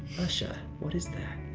usha, what is that?